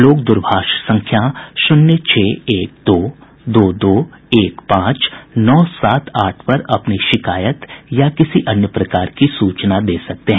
लोग दूरभाष संख्या शून्य छह एक दो दो दो एक पांच नौ सात आठ पर अपनी शिकायत या किसी अन्य प्रकार की सूचना दे सकते हैं